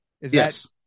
yes